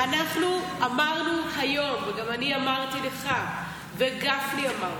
אנחנו אמרנו היום, וגם אני אמרתי לך, וגפני אמר: